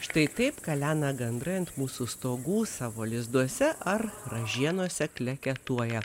štai kaip kalena gandrai ant mūsų stogų savo lizduose ar ražienose kleketuoja